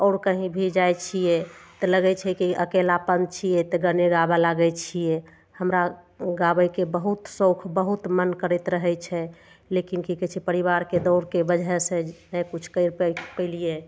आओर कही भी जाइ छियै तऽ लगय छै की अकेलापन छियै तऽ गाने गाबय लगय छै हमरा गाबयके बहुत सओख बहुत मन करैत रहय छै लेकिन की कहय छै परिवारके दौड़के वजहसँ ने किछु करि पैलियै